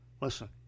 Listen